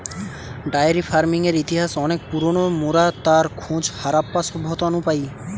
diary ফার্মিংয়ের ইতিহাস অনেক পুরোনো, মোরা তার খোঁজ হারাপ্পা সভ্যতা নু পাই